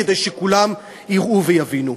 כדי שכולם יראו ויבינו.